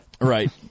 Right